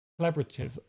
Collaborative